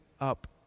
up